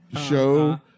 show